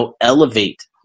elevate